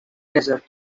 desert